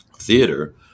theater